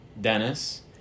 Dennis